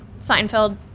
Seinfeld